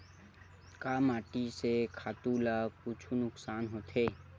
का माटी से खातु ला कुछु नुकसान होथे?